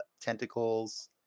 tentacles